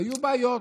היו בעיות.